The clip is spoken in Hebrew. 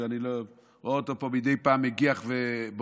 שאני רואה אותו פה מדי פעם מגיח ובורח,